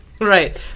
Right